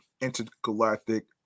intergalactic